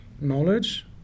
knowledge